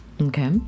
Okay